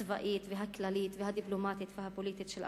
הצבאית והכללית והדיפלומטית והפוליטית של ארצות-הברית.